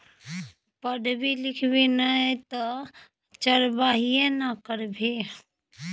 पढ़बी लिखभी नै तँ चरवाहिये ने करभी